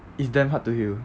it's damn hard to heal